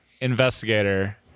investigator